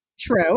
True